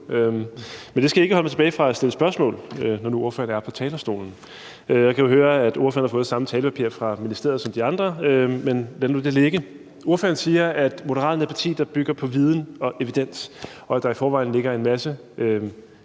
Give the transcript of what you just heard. men det skal ikke holde mig tilbage fra at stille spørgsmål, når nu ordføreren er på talerstolen. Jeg kan jo høre, at ordføreren har fået samme talepapir fra ministeriet som de andre, men lad nu det ligge. Ordføreren siger, at Moderaterne er et parti, der bygger på viden og evidens, og at der i forvejen ligger en masse